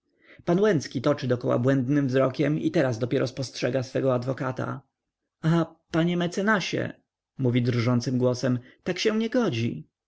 łęcki toczy dokoła błędnym wzrokiem i teraz dopiero spostrzega swego adwokata a panie mecenasie mówi drżącym głosem tak się nie godzi